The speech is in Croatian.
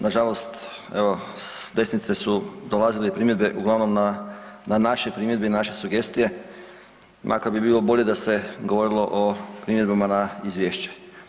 Nažalost evo s desnice su dolazile i primjedbe uglavnom na, na naše primjedbe i naše sugestije, makar bi bilo bolje da se govorilo o primjedbama na izvješće.